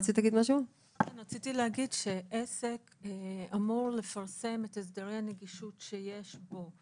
עסק אמור לפרסם את הסדרי הנגישות שיש בו.